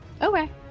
Okay